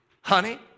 Honey